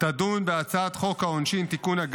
תדון בהצעת חוק העונשין (תיקון,